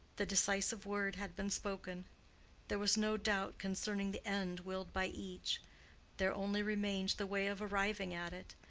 the decisive word had been spoken there was no doubt concerning the end willed by each there only remained the way of arriving at it,